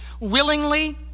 willingly